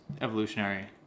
evolutionary